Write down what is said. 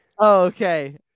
Okay